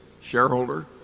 shareholder